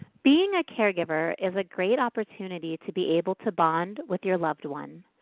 being a caregiver is a great opportunity to be able to bond with your loved one.